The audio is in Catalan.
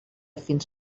fins